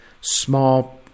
small